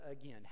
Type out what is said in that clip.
again